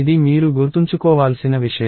ఇది మీరు గుర్తుంచుకోవాల్సిన విషయం